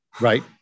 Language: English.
Right